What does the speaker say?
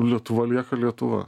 lietuva lieka lietuva